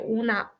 una